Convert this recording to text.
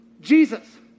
Jesus